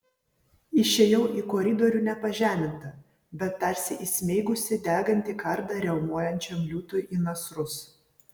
išėjau į koridorių ne pažeminta bet tarsi įsmeigusi degantį kardą riaumojančiam liūtui į nasrus